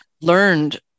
learned